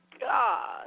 god